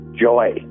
joy